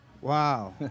Wow